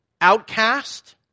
Outcast